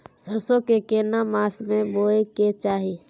सरसो के केना मास में बोय के चाही?